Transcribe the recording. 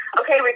okay